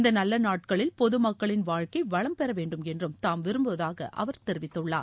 இந்த நல்ல நாட்களில் பொது மக்களின் வாழ்க்கை வளம் பெறவேண்டும் என்று தாம் விரும்புவதாக அவர் தெரிவித்துள்ளார்